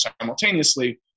simultaneously